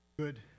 Good